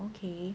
okay